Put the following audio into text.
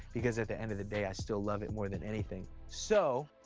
because at the end of the day i still love it more than anything. so,